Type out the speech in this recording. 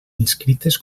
inscrites